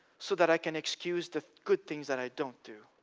so that i can excuse the good things that i don't do.